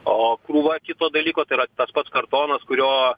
o krūva kito dalyko tai yra tas pats kartonas kurio